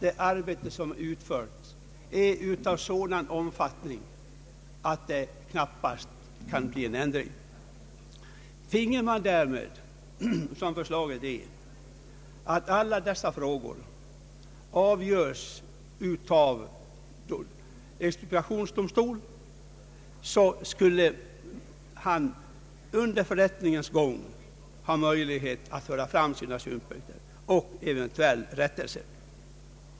Det arbete som utföres är nämligen av sådan omfattning att det knappast kan bli fråga om en ändring. Om däremot i enlighet med reservationen alla dessa frågor finge avgöras av expropriationsdomstol, skulle sakägaren under förrättningens gång ha möjlighet att föra fram sina synpunkter och eventuellt få rättelse.